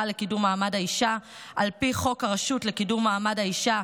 לקידום מעמד האישה על פי חוק הרשות לקידום מעמד האישה,